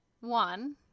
one